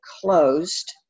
closed